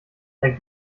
dann